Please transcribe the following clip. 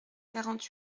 quarante